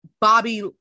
Bobby